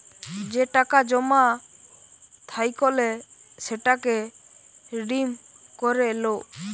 যে টাকা জমা থাইকলে সেটাকে রিডিম করে লো